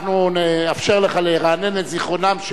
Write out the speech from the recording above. אנחנו נאפשר לך לרענן את זיכרונם של